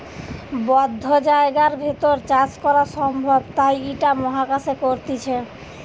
বদ্ধ জায়গার ভেতর চাষ করা সম্ভব তাই ইটা মহাকাশে করতিছে